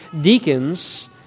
deacons